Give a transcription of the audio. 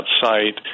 site